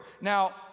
Now